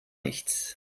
nichts